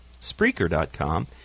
Spreaker.com